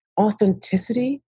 authenticity